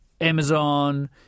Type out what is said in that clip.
Amazon